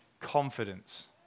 confidence